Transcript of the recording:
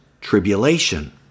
tribulation